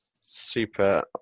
super